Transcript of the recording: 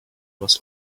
was